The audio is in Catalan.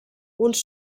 uns